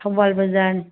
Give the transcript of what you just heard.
Thoubal ꯕꯖꯥꯔꯅꯤ